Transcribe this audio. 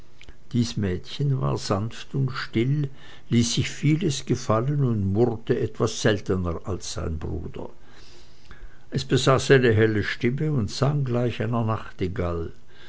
dies mädchen war sanft und still ließ sich vieles gefallen und murrte weit seltener als sein bruder es besaß eine helle stimme und sang gleich einer nachtigall